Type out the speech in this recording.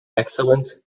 excellence